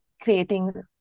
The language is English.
creating